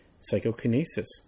Psychokinesis